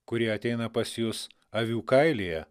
kurie ateina pas jus avių kailyje